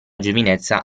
giovinezza